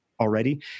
already